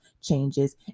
changes